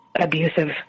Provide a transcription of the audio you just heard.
abusive